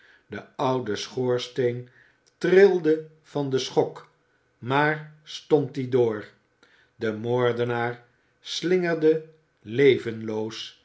de oude schoorsteen trilde van den schok maar stond dien door de moordenaar slingerde